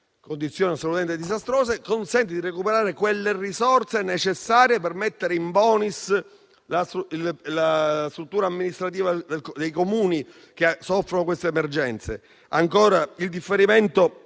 condizioni assolutamente disastrose. Il provvedimento consente di recuperare quelle risorse necessarie per mettere *in bonis* la struttura amministrativa dei Comuni che soffrono queste emergenze. Sempre in questa